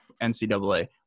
ncaa